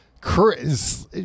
chris